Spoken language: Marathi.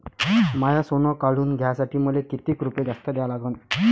माय सोनं काढून घ्यासाठी मले कितीक रुपये जास्त द्या लागन?